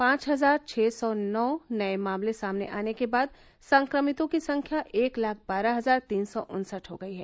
पांच हजार छः सौ नौ नए मामले सामने आने के बाद संक्रमितों की संख्या एक लाख बारह हजार तीन सौ उन्सठ हो गई है